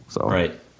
Right